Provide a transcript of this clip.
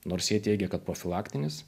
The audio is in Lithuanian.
nors jie teigia kad profilaktinis